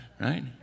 Right